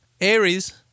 Aries